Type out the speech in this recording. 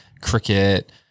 cricket